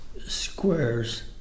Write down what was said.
squares